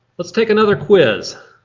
let's take another quiz.